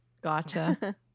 Gotcha